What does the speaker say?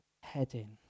heading